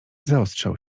zaostrzał